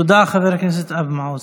תודה, חבר הכנסת אבי מעוז.